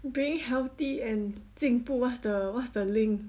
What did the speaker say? being healthy and 进步 what's the what's the link